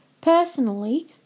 Personally